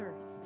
earth